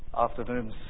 afternoons